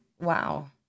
Wow